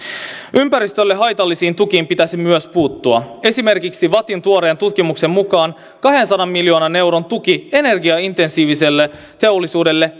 ympäristölle haitallisiin tukiin pitäisi myös puuttua esimerkiksi vattin tuoreen tutkimuksen mukaan kahdensadan miljoonan euron tuki energiaintensiiviselle teollisuudelle